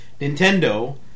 Nintendo